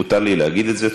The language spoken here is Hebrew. מותר לי להגיד את זה.